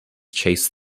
chased